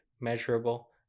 measurable